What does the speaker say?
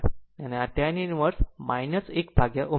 અને આ tan inverse 1 upon ω c છે